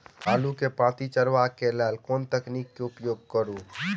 आलु केँ पांति चरावह केँ लेल केँ तकनीक केँ उपयोग करऽ?